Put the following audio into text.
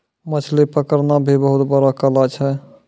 मछली पकड़ना भी बहुत बड़ो कला छै